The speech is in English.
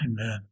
Amen